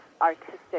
artistic